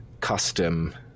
custom